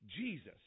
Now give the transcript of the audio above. Jesus